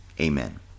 Amen